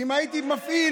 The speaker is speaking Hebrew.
כי אם הייתי מפעיל,